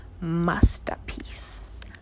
masterpiece